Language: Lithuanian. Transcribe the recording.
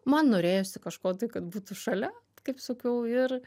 man norėjosi kažko tai kad būtų šalia kaip sakiau ir